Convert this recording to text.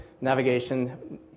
navigation